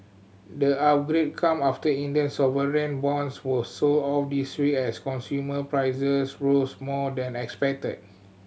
the upgrade come after Indian sovereign bonds were sold off this week as consumer prices rose more than expected